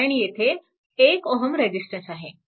कारण येथे 1 Ω रेजिस्टन्स आहे